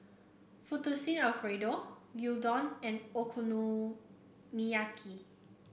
Fettuccine Alfredo Gyudon and Okonomiyaki